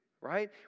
right